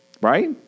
Right